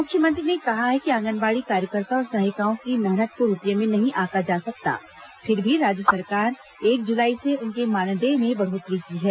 मुख्यमंत्री ने कहा है कि आंगनबाड़ी कार्यकर्ता और सहायिकाओं की मेहनत को रूपये में नहीं आंका जा सकता फिर भी राज्य सरकार एक जुलाई से उनके मानदेय में बढ़ोत्तरी की है